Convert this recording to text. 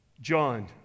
John